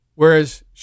Whereas